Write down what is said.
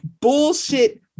bullshit